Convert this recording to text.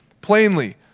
plainly